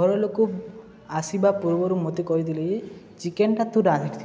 ଘରଲୋକ ଆସିବା ପୂର୍ବରୁ ମୋତେ କହିଥିଲେ ଯେ ଚିକେନ୍ଟା ତୁ ରାନ୍ଧିଥିବୁ